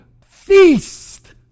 feast